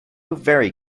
very